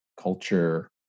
culture